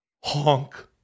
Honk